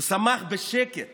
הוא שמח בשקט